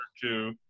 two